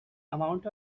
amount